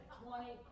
twenty